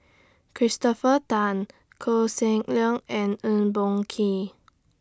Christopher Tan Koh Seng Leong and Eng Boh Kee